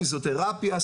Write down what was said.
פיזיותרפיה,